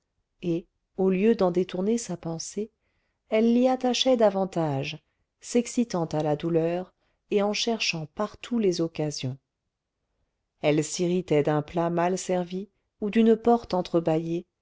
et au lieu d'en détourner sa pensée elle l'y attachait davantage s'excitant à la douleur et en cherchant partout les occasions elle s'irritait d'un plat mal servi ou d'une porte